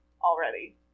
already